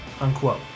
Unquote